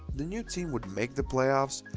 the new team would make the playoffs,